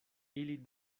ili